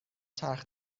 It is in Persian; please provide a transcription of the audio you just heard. چرخ